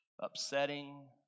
upsetting